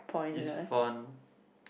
is fun